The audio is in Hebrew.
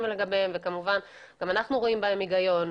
לגביהם וגם אנחנו רואים בהם היגיון.